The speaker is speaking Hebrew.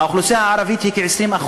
האוכלוסייה הערבית היא כ-20%,